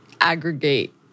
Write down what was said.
aggregate